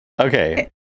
Okay